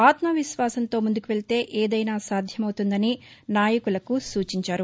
ఆత్మవిశ్వాసంతో ముందుకువెళితే ఏదైనా సాధ్యమవుతుందని నాయకులకు సూచించారు